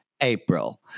April